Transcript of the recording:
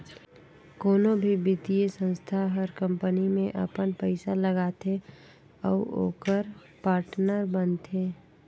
कोनो भी बित्तीय संस्था हर कंपनी में अपन पइसा लगाथे अउ ओकर पाटनर बनथे